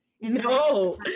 No